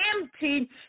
empty